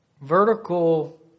vertical